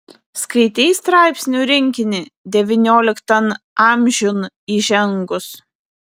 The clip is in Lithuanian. skaitei straipsnių rinkinį devynioliktan amžiun įžengus